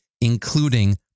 including